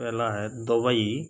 पहला है दुबई